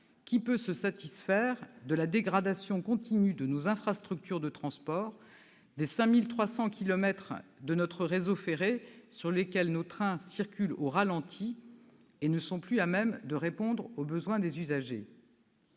qui peut se satisfaire de la dégradation continue de nos infrastructures de transports, des 5 300 kilomètres de notre réseau ferré sur lesquels nos trains circulent au ralenti et ne sont plus à même de répondre aux besoins des usagers ?